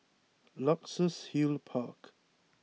Luxus Hill Park